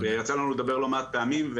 יצא לנו לדבר לא מעט פעמים,